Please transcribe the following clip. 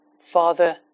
Father